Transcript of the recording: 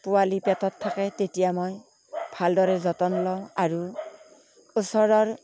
পোৱালি পেটত থাকে তেতিয়া মই ভালদৰে যতন লওঁ আৰু ওচৰৰ